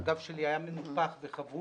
הגב שלי היה מנופח וחבול.